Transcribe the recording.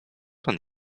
pan